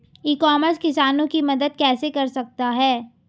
E commerce किसानों की मदद कैसे कर सकता है?